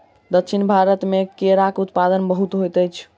दक्षिण भारत मे केराक उत्पादन बहुत होइत अछि